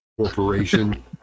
corporation